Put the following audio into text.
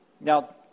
Now